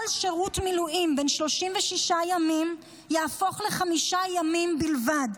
כל שירות מילואים בן 36 ימים יהפוך לחמישה ימים בלבד.